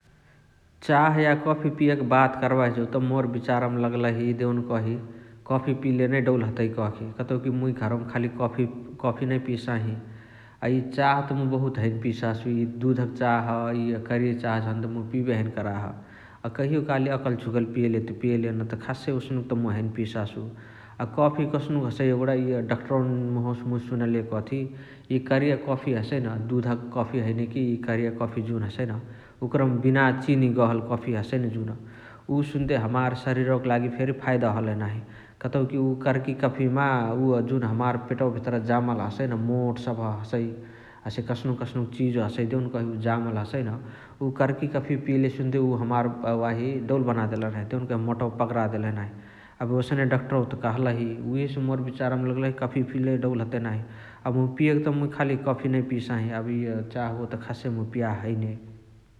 चाह य कफी पियके बात कर्बाही जौत मोर बिचार्मा लगलही देउनकही कफी पियले नै डौल हतइ कहके । कतउकी मुइ घरवमा कफी कफी नै पियसाही । अ इअ चाह त मुइ बहुत हैने पियसासु इअ दुधक चाह्, इअ कारीया चाह झनत मुइ पियबे हैने कराह । अ कहियो काली अकल झुकल पियले त पियले नत खस्सै ओसनुक त मुइ हैने पियसासु । अ कफी कसनुक हसइ एगुणा इअ दक्टरवनी मुहवसे मुइ सुनले कथी इअ कारीय कफी हसइन दुधक कफी हैने कि इ कारीय कफी जुन हसइन ओकरमा बिना चिनी गहल कफी हसइ न जुन उ सुनते हमार सारीरवक लागी फेरी फाइदा हलही नाही । कतउकी उ करकी कफी मा उ जुन हमार पेटवा भेटरा जामल हसइन मोट सबह हसइ हसे कस्नुक कस्नुक चिजु सबह हसइ देउनकही उहे जामल हसइन । उ करकी कफी पियले सुन्ते हमार वाही डौल बना देलही देउनकही मोटवा पगरा देलही नाही । एबे ओसने दक्टरवत कहलही । उहेसे मोर बिचारमा लगलही कफी पियले डौल हतइ नाही । अ मुइ पियके त खाली कफी नै पियसाही एबे इअ चाह ओह मुइ खासे पियाह त हैने ।